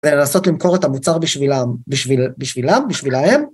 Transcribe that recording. לנסות למכור את המוצר בשבילם, בשבילם, בשבילהם.